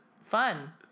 Fun